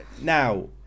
now